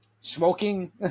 Smoking